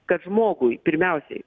kad žmogui pirmiausiai